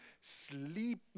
sleep